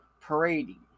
parading